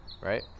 Right